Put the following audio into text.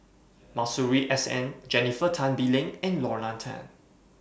Masuri S N Jennifer Tan Bee Leng and Lorna Tan